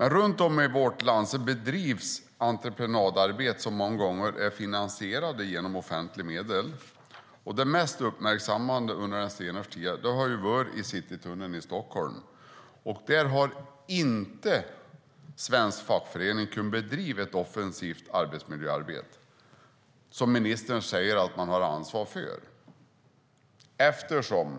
Runt om i vårt land bedrivs entreprenadarbete som många gånger är finansierade av offentliga medel. Det mest uppmärksammade under senare tid har varit Citytunneln i Stockholm. Här har svenska fackföreningar inte kunnat bedriva ett offensivt arbetsmiljöarbete, vilket minister säger att de har ansvar för, eftersom